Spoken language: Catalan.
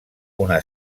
una